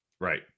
Right